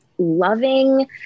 Loving